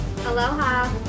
Aloha